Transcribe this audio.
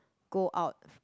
go out